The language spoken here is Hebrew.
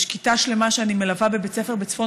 יש כיתה שלמה שאני מלווה בבית ספר בצפון